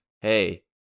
Hey